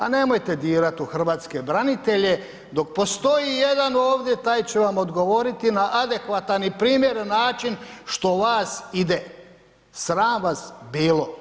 A nemojte dirati u hrvatske branitelje, dok postoji jedan ovdje taj će vam odgovoriti na adekvatan i primjeren način što vas ide, sram vas bilo.